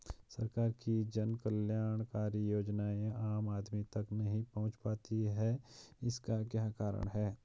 सरकार की जन कल्याणकारी योजनाएँ आम आदमी तक नहीं पहुंच पाती हैं इसका क्या कारण है?